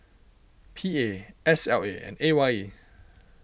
P A S L A and A Y E